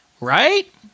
Right